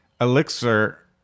elixir